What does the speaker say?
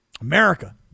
America